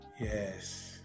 Yes